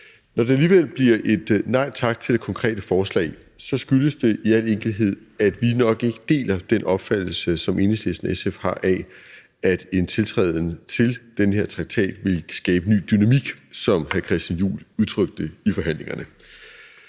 Når det alligevel bliver et nej tak til det konkrete forslag, skyldes det i al enkelhed, at vi nok ikke deler den opfattelse, som Enhedslisten og SF har af, at en tiltræden til den her traktat vil skabe en ny dynamik, som hr. Christian Juhl udtrykte det, i forhandlingerne.